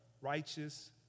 righteous